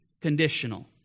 conditional